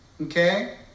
Okay